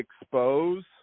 expose